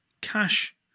cash